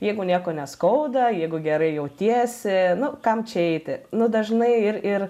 jeigu nieko neskauda jeigu gerai jautiesi nu kam čia eiti nu dažnai ir ir